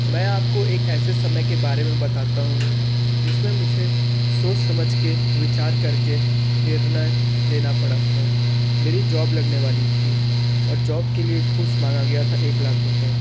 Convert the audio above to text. मैं आप को एक ऐसे समय के बारे में बताता हूँ जिसमें मुझे सोच समझ के विचार कर के निर्णय लेना पड़ा था मेरी जॉब लगाने वाली थी और जॉब के लिए घूस मांगा गया था एक लाख रुपये